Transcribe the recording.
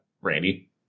Randy